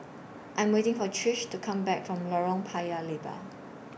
I Am waiting For Trish to Come Back from Lorong Paya Lebar